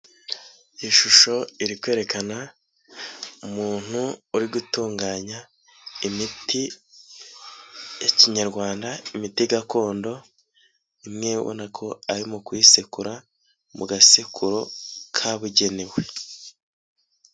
Ishusho iri kwerekana umuntu uri gutunganya imiti ya kinyarwanda, imiti gakondo imwe ibona ko ari mu kuyisekura mu gasekuru kabugenewe.